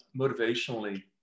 motivationally